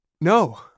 No